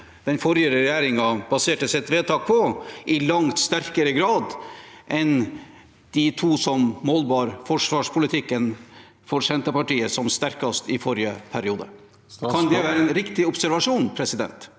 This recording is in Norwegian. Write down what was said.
den forrige regjeringen baserte sitt vedtak på, i langt sterkere grad enn de to som målbar forsvarspolitikken for Senterpartiet som sterkest i forrige periode. Kan det være en riktig observasjon?